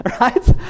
right